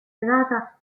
serata